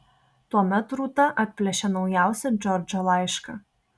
tuomet rūta atplėšė naujausią džordžo laišką